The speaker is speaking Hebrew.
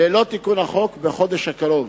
ללא תיקון החוק, בחודש הקרוב.